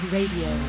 Radio